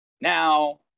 Now